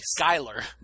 Skyler